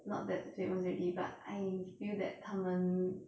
not that famous already but I feel that 他们